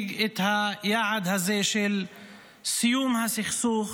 להשיג את היעד הזה של סיום הסכסוך,